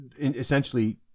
essentially